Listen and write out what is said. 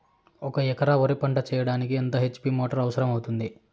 ఒక ఎకరా వరి పంట చెయ్యడానికి ఎంత హెచ్.పి మోటారు అవసరం అవుతుంది?